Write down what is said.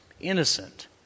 innocent